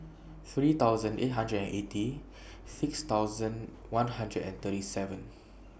three thousand eight hundred and eighty six thousand one hundred and thirty seven